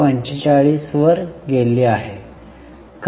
45 वर गेली आहे